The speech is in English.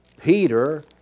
Peter